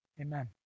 Amen